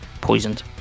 poisoned